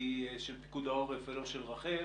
תהיה של פיקוד העורף ולא של רח"ל,